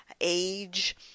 age